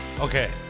Okay